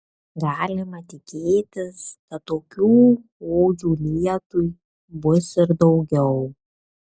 galima tikėtis kad tokių odžių lietui bus ir daugiau